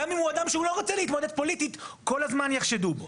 גם אם הוא אדם שלא רוצה להתמודד פוליטית כל הזמן יחשדו בו.